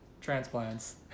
Transplants